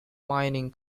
mining